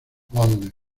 holden